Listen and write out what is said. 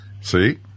See